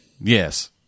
Yes